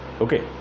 okay